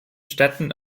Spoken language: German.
städten